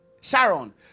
sharon